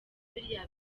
biriya